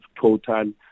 total